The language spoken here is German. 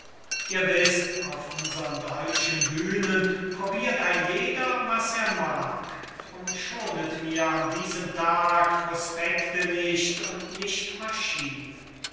ihr wißt auf unsern deutschen bühnen probirt ein jeder was er mag drum schonet mir an diesem tag prospecte nicht und nicht